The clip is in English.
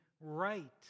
right